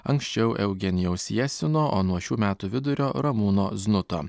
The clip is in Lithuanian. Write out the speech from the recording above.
anksčiau eugenijaus jesino o nuo šių metų vidurio ramūno znuto